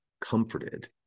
comforted